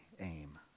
aim